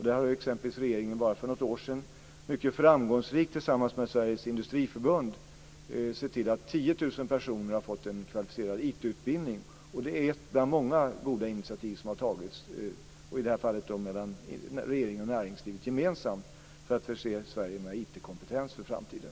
Där har exempelvis regeringen bara för något år sedan mycket framgångsrikt tillsammans med Sveriges Industriförbund sett till att 10 000 personer har fått en kvalificerad IT-utbildning. Det är ett bland många goda initiativ som har tagits, i det fallet mellan regeringen och näringslivet gemensamt, för att förse Sverige med IT kompetens för framtiden.